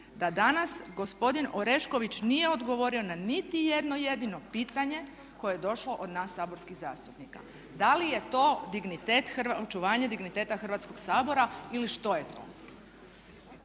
da danas gospodin Orešković nije odgovorio na niti jedno jedino pitanje koje je došlo od nas saborskih zastupnika? Da li je to očuvanje digniteta Hrvatskoga sabora ili što je to?